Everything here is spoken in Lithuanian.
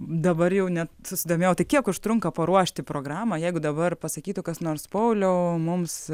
dabar jau net susidomėjau tai kiek užtrunka paruošti programą jeigu dabar pasakytų kas nors pauliau mums